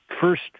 first